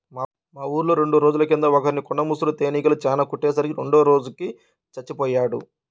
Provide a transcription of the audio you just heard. మా ఊర్లో రెండు రోజుల కింద ఒకర్ని కొండ ముసురు తేనీగలు చానా కుట్టే సరికి రెండో రోజుకి చచ్చిపొయ్యాడు